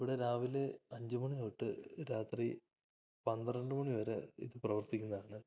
ഇവിടെ രാവിലെ അഞ്ചു മണിതൊട്ട് രാത്രി പന്ത്രണ്ട് മണി വരെ ഇതു പ്രവർത്തിക്കുന്നതാണ്